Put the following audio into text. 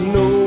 no